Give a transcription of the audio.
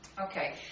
Okay